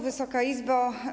Wysoka Izbo!